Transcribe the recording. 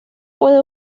puede